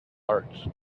arts